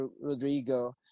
Rodrigo